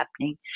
happening